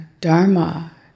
dharma